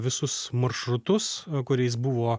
visus maršrutus kuriais buvo